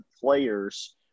players